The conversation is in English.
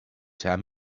tell